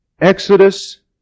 Exodus